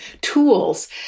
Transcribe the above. tools